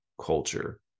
Culture